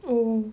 oh